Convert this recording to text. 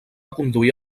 conduir